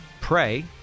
pray